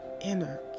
inner